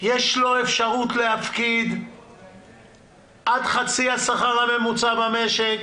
יש לו אפשרות להפקיד עד חצי השכר הממוצע במשק